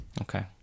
okay